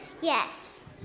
Yes